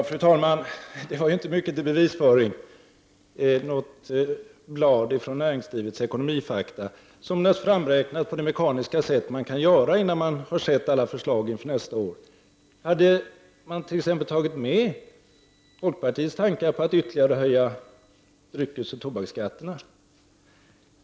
Fru talman! Det var inte mycket till bevisföring — något ur ett blad i Näringslivets Ekonomifakta, en framräkning på det mekaniska sätt som blir följden då man inte har sett alla förslag inför nästa år. Hade man t.ex. tagit med folkpartiets tankar på att ytterligare höja dryckesoch tobaksskatterna?